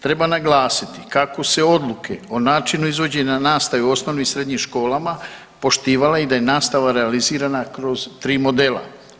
Treba naglasiti kako se odluke o načinu izvođenja nastave u osnovnim i srednjim školama poštivala i da je nastava realizirana kroz tri modela.